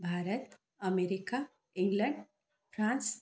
Bharat America England France